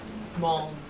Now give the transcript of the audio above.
small